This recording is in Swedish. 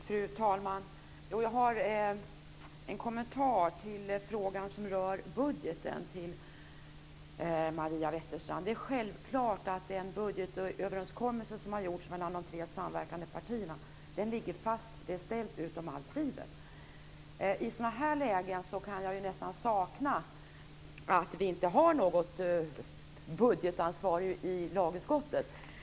Fru talman! Jag har en kommentar till Maria Wetterstrand som rör frågan om budgeten. Det är självklart att den budgetöverenskommelse som har träffats mellan de tre samverkande partierna ligger fast. Det är ställt utom allt tvivel. I sådana här lägen kan jag nästan sakna att vi inte har något budgetansvar i lagutskottet.